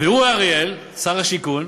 ואורי אריאל, שר השיכון,